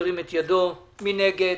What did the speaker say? מי נגד?